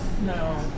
no